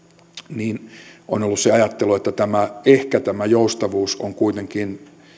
niin on ollut se ajattelu että ehkä tämä joustavuus on kuitenkin